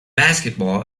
basketball